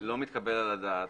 לא מתקבל על הדעת